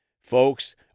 Folks